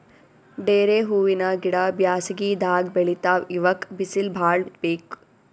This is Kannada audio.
ಡೇರೆ ಹೂವಿನ ಗಿಡ ಬ್ಯಾಸಗಿದಾಗ್ ಬೆಳಿತಾವ್ ಇವಕ್ಕ್ ಬಿಸಿಲ್ ಭಾಳ್ ಬೇಕ್